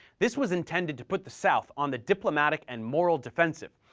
this was intended to put the south on the diplomatic and moral defensive,